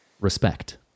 Respect